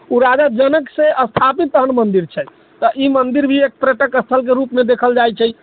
ओ राजा जनकसँ स्थापित तहन मन्दिर छै तऽ ई मन्दिर भी एक पर्यटक स्थलके रूपमे देखल जाइ छै